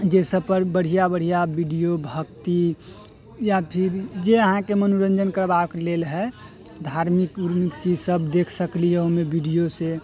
जाहि सबपर बढ़िआँ बढ़िआँ वीडिओ भक्ति या फिर जे अहाँके मनोरञ्जन करबाके लेल हइ धार्मिक उर्मिक चीजसब देख सकली हँ ओहिमे वीडिओसँ